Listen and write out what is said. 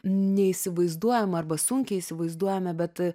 neįsivaizduojam arba sunkiai įsivaizduojame bet